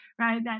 right